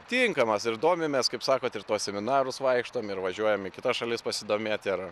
tinkamas ir domimės kaip sakot ir tuos seminarus vaikštom ir važiuojam į kitas šalis pasidomėti ir